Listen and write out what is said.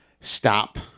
stop